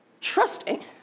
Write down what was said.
trusting